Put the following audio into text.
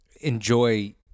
enjoy